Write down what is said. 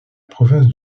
province